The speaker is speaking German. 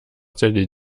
der